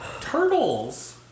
Turtles